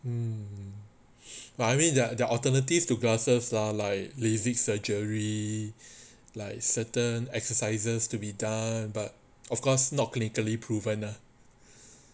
mm but I mean there are they're alternatives to glasses like lasik surgery like certain exercises to be done but of course not clinically proven ah